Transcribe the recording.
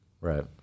Right